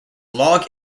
log